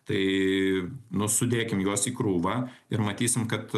tai nu sudėkim juos į krūvą ir matysim kad